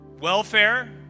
welfare